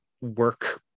work